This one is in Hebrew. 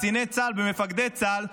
קציני צה"ל ומפקדי צה"ל,